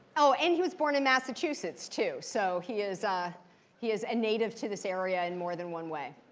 oh, and he was born in massachusetts too, so he is ah he is a native to this area in more than one way.